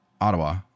Ottawa